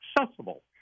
accessible